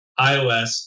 iOS